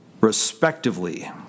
respectively